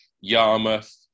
Yarmouth